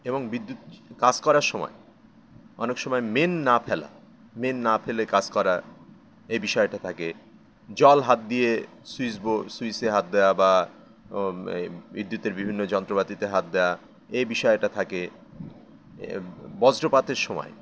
এবং বিদ্যুৎ কাজ করার সময় অনেক সময় মেন না ফেলা মেন না ফেলে কাজ করা এ বিষয়টা থাকে জল হাত দিয়ে সুইসবো সুইচে হাত দেয়া বা বিদ্যুতের বিভিন্ন যন্ত্রপাতিতে হাত দেয়া এই বিষয়টা থাকে বস্ত্রপাতের সময়